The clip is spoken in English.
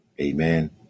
Amen